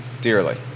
dearly